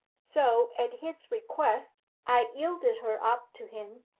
so at his request i yielded her up to him,